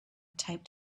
taped